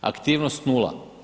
Aktivnost nula.